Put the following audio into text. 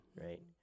right